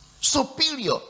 superior